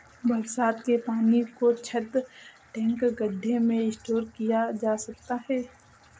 बरसात के पानी को छत, टैंक, गढ्ढे में स्टोर किया जा सकता है